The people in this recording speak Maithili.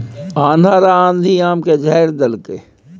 अन्हर आ आंधी आम के झाईर देलकैय?